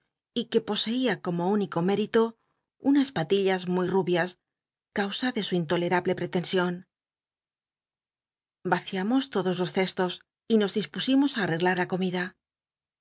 y que poseia como único métito unas patillas muy rubias causa de su intolerable ptelension vaciamos l odos los cestos y nos dispusimos á arreghu la comida